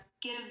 Give